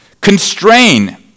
constrain